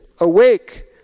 awake